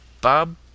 Bob